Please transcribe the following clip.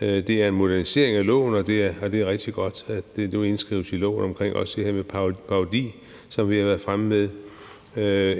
Det er en modernisering af loven, og det er rigtig godt, at det nu indskrives i loven – også det her med parodier, som vi har været fremme med,